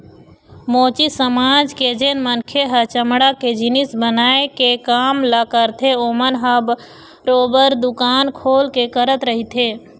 मोची समाज के जेन मनखे ह चमड़ा के जिनिस बनाए के काम ल करथे ओमन ह बरोबर दुकान खोल के करत रहिथे